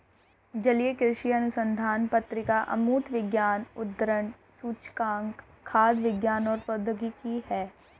जलीय कृषि अनुसंधान पत्रिका अमूर्त विज्ञान उद्धरण सूचकांक खाद्य विज्ञान और प्रौद्योगिकी है